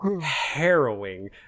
harrowing